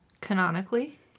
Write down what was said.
Canonically